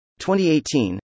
2018